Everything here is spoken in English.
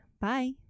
Bye